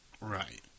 right